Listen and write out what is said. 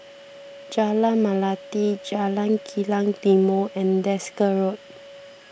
Jalan Melati Jalan Kilang Timor and Desker Road